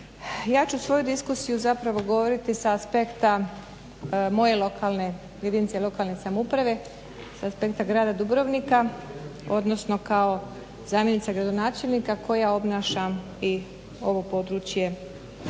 Ja ću svoju diskusiju zapravo govoriti s aspekta moje lokalne jedinice lokalne samouprave, s aspekta grada Dubrovnika odnosno kao zamjenica gradonačelnika koja obnaša i ovo područje